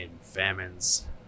famines